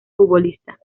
futbolista